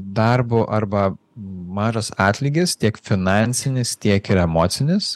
darbu arba mažas atlygis tiek finansinis tiek ir emocinis